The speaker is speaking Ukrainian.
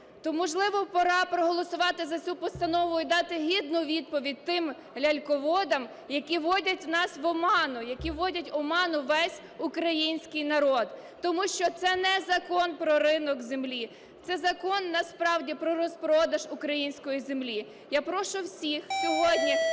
То, можливо, пора проголосувати за цю постанову і дати гідну відповідь тим ляльководам, які вводять нас в оману, які вводять в оману весь український народ. Тому що це не Закон про ринок землі, це Закон, насправді, про розпродаж української землі. Я прошу всіх сьогодні